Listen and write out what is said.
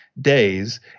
days